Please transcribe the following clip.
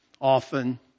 often